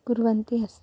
कुर्वन्ती अस्मि